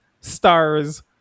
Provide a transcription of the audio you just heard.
stars